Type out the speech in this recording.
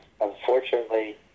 Unfortunately